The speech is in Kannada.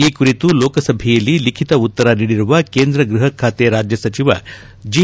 ಈ ಕುರಿತು ಲೋಕಸಭೆಯಲ್ಲಿ ಲಿಖಿತ ಉತ್ತರ ನೀಡಿರುವ ಕೇಂದ್ರ ಗೃಹಖಾತೆ ರಾಜ್ಯ ಸಚಿವ ಜಿ